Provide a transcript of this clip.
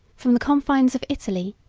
from the confines of italy,